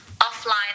offline